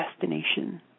destination